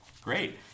Great